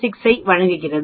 96 ஐ வழங்குகிறது